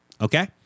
Okay